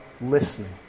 listening